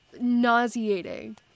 Nauseating